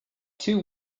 two